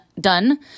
done